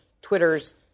Twitter's